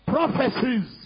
Prophecies